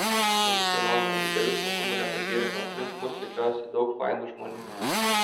smagi kelionė didelių sunkumų nepatyrėme aplink mus sukiojosi daug fainų žmonių